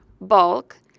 bulk